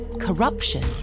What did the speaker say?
corruption